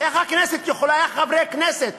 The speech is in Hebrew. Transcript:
איך הכנסת יכולה, איך חברי הכנסת